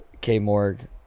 K-Morg